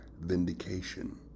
vindication